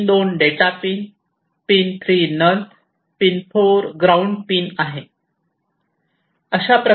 pin 2 data pin pin 3 null pin 4 ground pin आहे